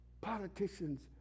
politicians